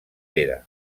pere